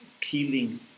killing